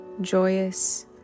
joyous